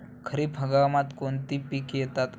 खरीप हंगामात कोणती पिके येतात?